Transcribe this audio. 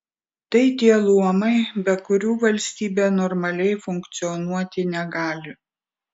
tai tie luomai be kurių valstybė normaliai funkcionuoti negali